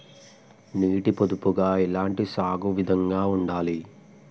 నీటి పొదుపుగా ఎలాంటి సాగు విధంగా ఉండాలి?